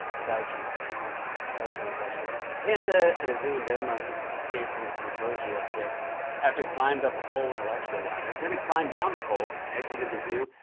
fauci fauci, my best friend. a panda at a zoo in denmark escaped from its enclosure yesterday after it climbed up a pole with electrical wires. then it climbed down the pole, exited the zoo,